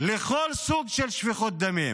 לכל סוג של שפיכות דמים,